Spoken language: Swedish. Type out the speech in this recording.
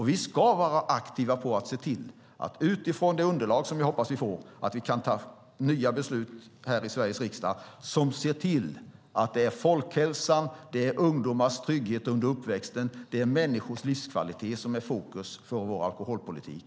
Vi ska vara aktiva med att se till att utifrån det underlag som jag hoppas att vi får kan fatta nya beslut här i Sveriges riksdag som ser till att det är folkhälsan, ungdomars trygghet under uppväxten och människors livskvalitet som är fokus för vår alkoholpolitik.